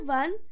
one